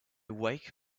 wake